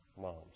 mom's